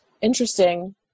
interesting